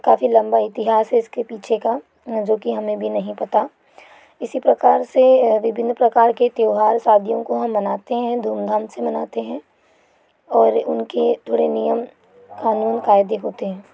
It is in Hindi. काफ़ी लंबा इतिहास है इसके पीछे का जो कि हमें भी नहीं पता इसी प्रकार से विभिन्न प्रकार के त्योहार शादियों को हम मनाते हैं धूमधाम से मनाते हैं और उनके थोड़े नियम कानून कायदे होते हैं